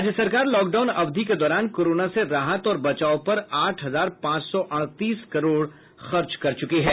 राज्य सरकार lockdown अवधि के दौरान कोरोना से राहत और बचाव पर आठ हजार पांच सौ अड़तीस करोड़ खर्च कर चुके हैं